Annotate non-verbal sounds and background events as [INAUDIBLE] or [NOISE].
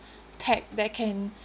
[BREATH] tag that can